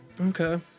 Okay